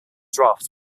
drafts